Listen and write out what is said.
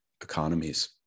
economies